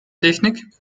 technik